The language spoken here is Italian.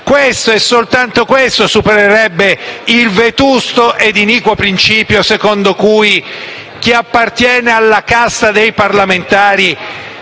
Questo, e soltanto questo, supererebbe il vetusto e iniquo principio secondo cui chi appartiene alla casta dei parlamentari